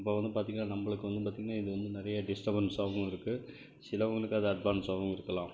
இப்போ வந்து பார்த்தீங்கன்னா நம்மளுக்கு வந்து பார்த்தீங்கன்னா இது வந்து நிறையா டிஸ்ட்ரபென்ஸ்சாகவும் இருக்குது சிலவங்களுக்கு அது அட்வான்ஸ்சாகவும் இருக்கலாம்